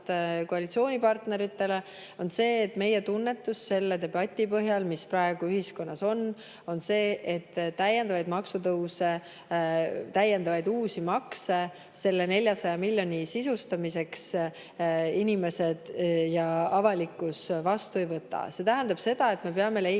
koalitsioonipartneritele öelnud, on see, et meie tunnetus selle debati põhjal, mis praegu ühiskonnas on, on selline, et täiendavaid maksutõuse, uusi makse selle 400 miljoni sisustamiseks inimesed ja avalikkus vastu ei võta. See tähendab seda, et me peame leidma